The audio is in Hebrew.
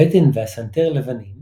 הבטן והסנטר לבנים